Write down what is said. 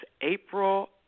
April